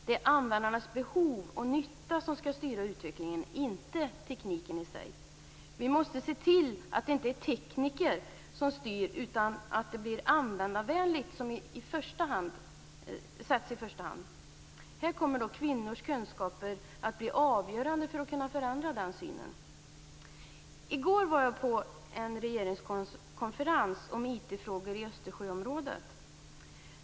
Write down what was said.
Det är användarnas behov och nytta som skall styra utvecklingen, inte tekniken i sig. Vi måste se till att det inte är tekniker som styr, utan att användarvänligheten sätts i första hand. Kvinnors kunskaper kommer att bli avgörande när det gäller att förändra den synen. I går var jag på en regeringskonferens om IT frågor i Östersjöområdet.